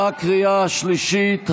בקריאה השלישית.